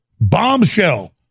bombshell